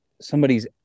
somebody's